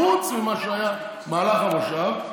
חוץ ממה שהיה במהלך המושב.